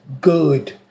good